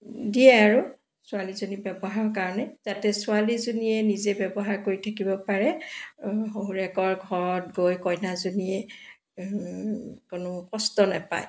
দিয়ে আৰু ছোৱালীজনী ব্যৱহাৰৰ কাৰণে যাতে ছোৱালীজনীয়ে নিজে ব্যৱহাৰ কৰি থাকিব পাৰে শহুৰেকৰ ঘৰত গৈ কইনাজনী কোনো কষ্ট নেপায়